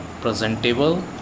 presentable